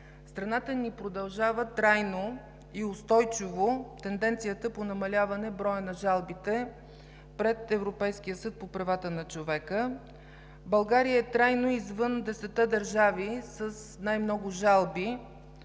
страната ни продължава трайно и устойчиво тенденцията по намаляване броя на жалбите пред Европейския съд по правата на човека. България трайно е извън 10-те държави с най-много жалби